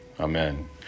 Amen